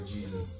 Jesus